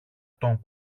τον